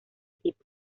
tipo